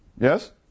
Yes